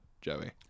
Joey